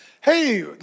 Hey